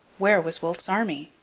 where was wolfe's army?